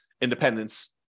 independence